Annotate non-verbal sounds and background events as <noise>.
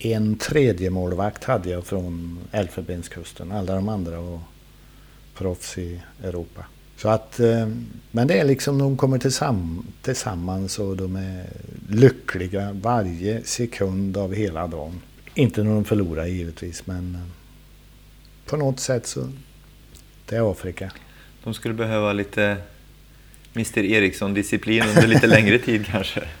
En tredje målvakt hade jag från Elfenbenskusten. Alla de andra var proffs i Europa. Så att, eh, men det är liksom- de kommer tillsamm- tillsammans och de är lyckliga varje sekund av hela dagen. Inte när de förlorar, givetvis, men, eh, på något sätt så- det är Afrika. De skulle behöva lite Mr. Eriksson-disciplin under lite <laughs> längre tid, kanske.